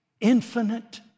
infinite